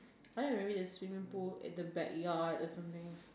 I don't know maybe there's swimming pool at the back yard or something